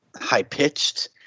high-pitched